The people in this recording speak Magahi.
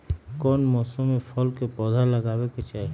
कौन मौसम में फल के पौधा लगाबे के चाहि?